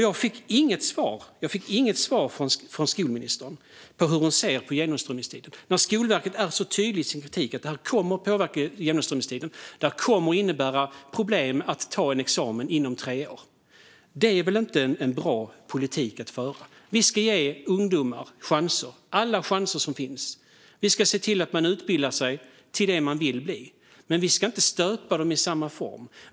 Jag fick inget svar på hur skolministern ser på genomströmningstiden. Skolverket är tydligt i sin kritik: Detta kommer att påverka genomströmningstiden. Detta kommer att innebära problem med att ta en examen inom tre år. Det är väl inte en bra politik att föra? Vi ska ge ungdomar chanser, alla chanser som finns. Vi ska se till att de utbildar sig till det de vill bli. Men vi ska inte stöpa dem i samma form.